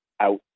out